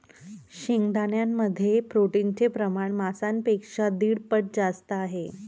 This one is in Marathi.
शेंगदाण्यांमध्ये प्रोटीनचे प्रमाण मांसापेक्षा दीड पट जास्त आहे